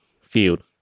field